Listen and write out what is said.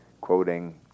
quoting